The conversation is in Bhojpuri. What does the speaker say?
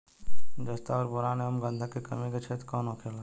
जस्ता और बोरान एंव गंधक के कमी के क्षेत्र कौन होखेला?